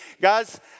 Guys